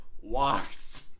walks